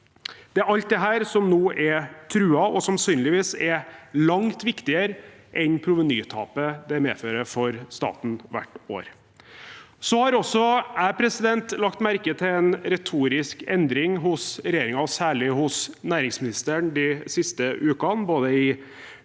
Det er alt dette som nå er truet, og som sannsynligvis er langt viktigere enn provenytapet det medfører for staten hvert år. Så har også jeg lagt merke til en retorisk endring hos regjeringen – og særlig hos næringsministeren – de siste ukene, både i